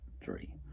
three